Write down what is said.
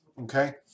okay